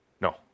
No